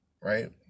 right